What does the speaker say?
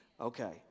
Okay